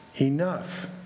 enough